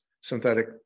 synthetic